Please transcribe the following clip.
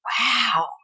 wow